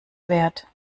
wert